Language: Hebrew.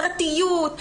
פרטיות,